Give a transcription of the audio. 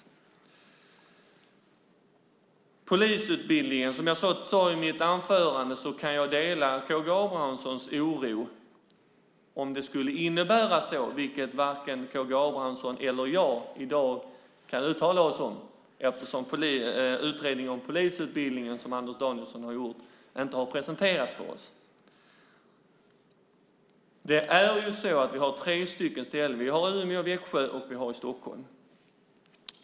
Vad gäller polisutbildningen kan jag, som jag sade i mitt huvudanförande, dela K G Abramssons oro om det skulle innebära en centralisering. Det kan emellertid varken K G Abramsson eller jag i dag uttala oss om, eftersom den utredning om polisutbildningen som Anders Danielsson gjort ännu inte presenterats för oss. Vi har tre utbildningsorter - Umeå, Växjö och Stockholm.